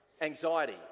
Anxiety